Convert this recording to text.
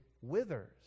withers